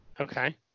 Okay